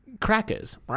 Crackers